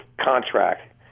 contract